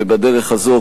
ובדרך הזאת,